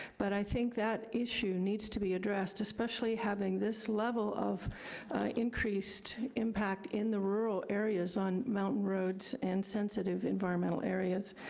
but i think that issue needs to be addressed, especially having this level of increased impact in the rural areas on mountain roads and sensitive environmental areas.